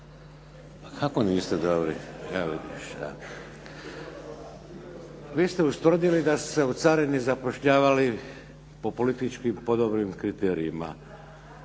Pa kako niste dobri, evo vidiš. Vi ste ustvrdili da su se u carini zapošljavali po politički podobnim kriterijima